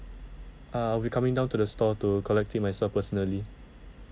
err I'll be coming down to the store to collect it myself personally